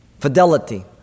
Fidelity